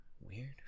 weird